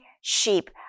sheep